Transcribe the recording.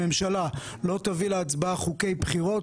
הממשלה לא תביא להצבעה חוקי בחירות,